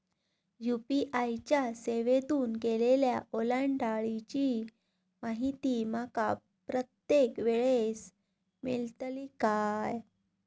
UPI च्या सेवेतून केलेल्या ओलांडाळीची माहिती माका प्रत्येक वेळेस मेलतळी काय?